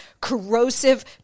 corrosive